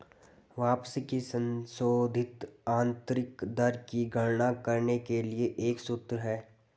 वापसी की संशोधित आंतरिक दर की गणना करने के लिए एक सूत्र है